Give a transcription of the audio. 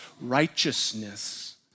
righteousness